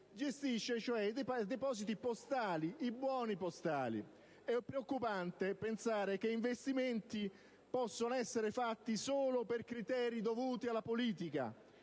cioè i depositi e i buoni postali, ed è preoccupante pensare che investimenti possano essere fatti solo per criteri dovuti alla politica.